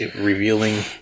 revealing